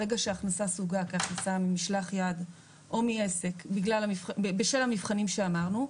ברגע שהכנסה סווגה כהכנסה ממשלח יד או מעסק בשל המבחנים שאמרנו,